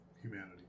humanity